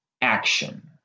action